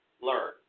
learn